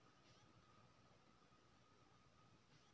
केतना दिन तक डालय परतै सर?